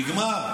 נגמר.